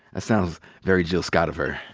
sounds very jill scott of her.